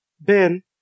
Ben